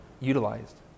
utilized